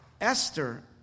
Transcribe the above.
Esther